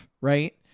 Right